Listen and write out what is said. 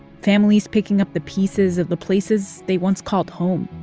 families picking up the pieces of the places they once called home.